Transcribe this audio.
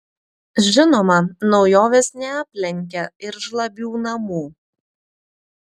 žinoma naujovės neaplenkia ir žlabių namų